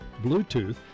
Bluetooth